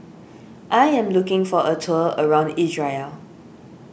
I am looking for a tour around Israel